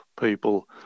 people